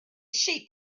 sheep